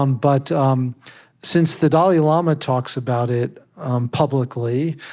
um but um since the dalai lama talks about it publicly,